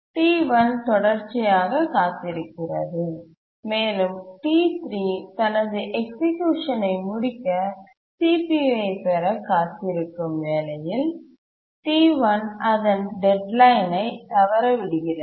T1 தொடர்ச்சியாக காத்திருக்கிறது மேலும் T3 தனது எக்சிக்யூஷன்ஐ முடிக்க CPU ஐப் பெற காத்திருக்கும் வேலையில் T1 அதன் டெட்லைன்ஐ தவறவிடுகிறது